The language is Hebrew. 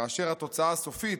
כאשר התוצאה הסופית,